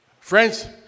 Friends